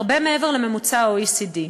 הרבה מעבר לממוצע ה-OECD,